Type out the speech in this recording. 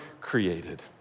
created